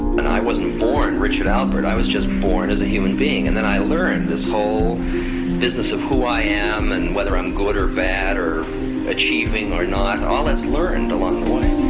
and i wasn't born richard albert, i was just born as a human being and then i learn this whole business of who i am, and whether i'm good or bad, achieving or not. all that's learned along the way.